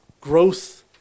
growth